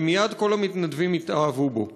ומייד כל המתנדבים התאהבו בו.